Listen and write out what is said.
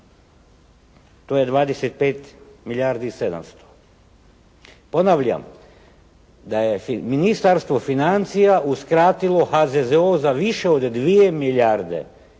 To je 25 milijardi 700. Ponavljam da je Ministarstvo financija uskratilo HZZO za više od 2 milijarde kuna